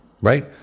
right